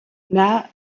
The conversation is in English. now